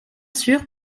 sûr